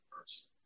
first